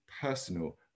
Personal